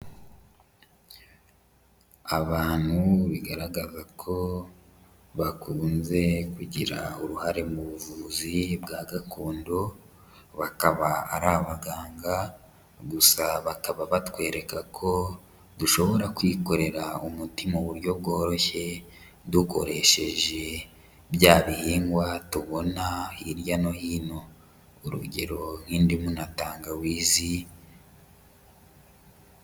Abantu bigaragaza ko bakunze kugira uruhare mu buvuzi bwa gakondo, bakaba ari abaganga gusa bakaba batwereka ko dushobora kwikorera umuti mu buryo bworoshye, dukoresheje bya bihingwa tubona hirya no hino, urugero nk'indimu na tangawizi.